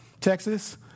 Texas